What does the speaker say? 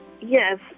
Yes